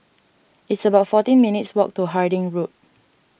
it's about fourteen minutes' walk to Harding Road